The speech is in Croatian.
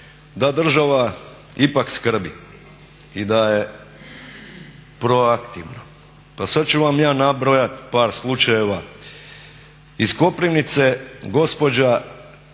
da država ipak skrbi i da je proaktivna. Pa sad ću vam ja nabrojati par slučajeva. Iz Koprivnice gospođa